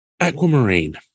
Aquamarine